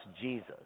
Jesus